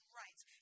rights